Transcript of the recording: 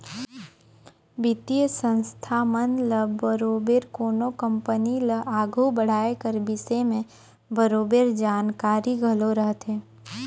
बित्तीय संस्था मन ल बरोबेर कोनो कंपनी ल आघु बढ़ाए कर बिसे में बरोबेर जानकारी घलो रहथे